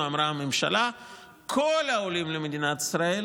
כל העולים למדינת ישראל